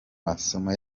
masomo